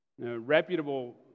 Reputable